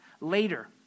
later